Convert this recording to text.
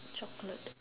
chocolate